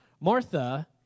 Martha